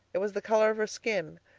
it was the color of her skin,